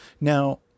Now